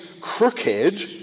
crooked